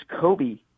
Kobe